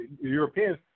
Europeans